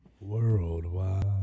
Worldwide